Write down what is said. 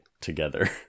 Together